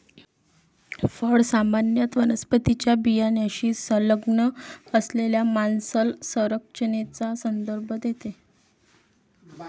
फळ सामान्यत वनस्पतीच्या बियाण्याशी संलग्न असलेल्या मांसल संरचनेचा संदर्भ देते